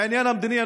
בעניין המדיני,